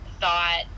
thought